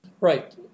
Right